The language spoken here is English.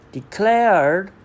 Declared